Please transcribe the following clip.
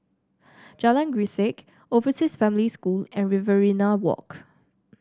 Jalan Grisek Overseas Family School and Riverina Walk